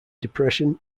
depression